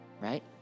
Right